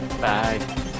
bye